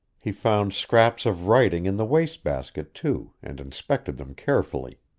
he found scraps of writing in the wastebasket, too, and inspected them carefully.